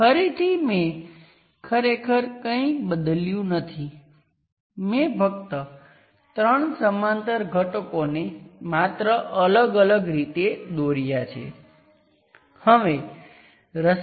આ ચોક્કસ કિસ્સામાં હું તેને RN કહીશ નોર્ટન રેઝિસ્ટન્સ